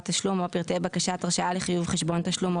התשלום או פרטי בקשת הרשאה לחיוב חשבון תשלום או